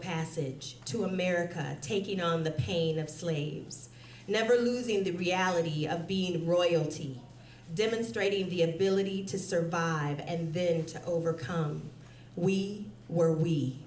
passage to america taking on the pain of slaves never losing the reality of being royalty demonstrating the ability to survive and then to overcome we were we